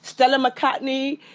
stella mccartney,